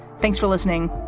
thanks for listening.